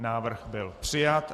Návrh byl přijat.